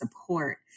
support